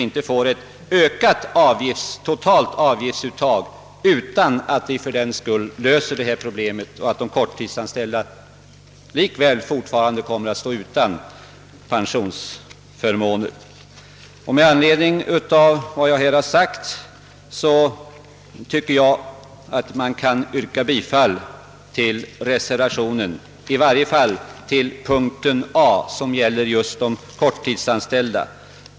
Med stöd av vad jag här anfört yrkar jag, herr talman, bifall till punkten A i reservationen, som gäller just de korttidsanställda.